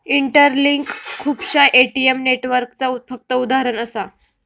interlink खुपश्या ATM नेटवर्कचा फक्त उदाहरण असा